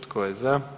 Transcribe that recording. Tko je za?